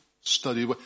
study